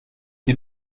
die